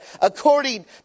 According